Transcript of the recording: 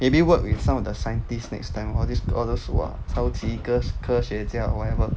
maybe work with some of the scientists next time all these all those who are 超级歌科学家 or whatever